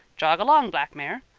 jog along, black mare.